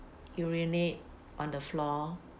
urinate on the floor